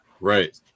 Right